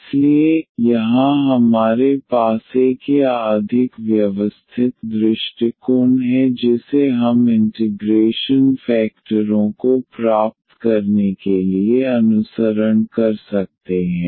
इसलिए यहां हमारे पास एक या अधिक व्यवस्थित दृष्टिकोण है जिसे हम इंटिग्रेशन फेकटरों को प्राप्त करने के लिए अनुसरण कर सकते हैं